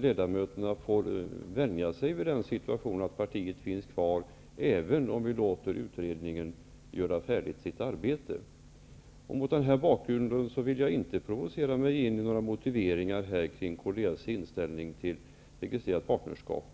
Ledamöterna får lov att vänja sig vid den situationen att partiet finns kvar även om utredningen tillåts arbeta färdigt. Mot denna bakgrund vill jag inte låta mig provoceras till några motiveringar beträffande kds inställning till registrerat partnerskap.